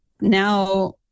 now